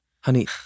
Honey